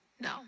no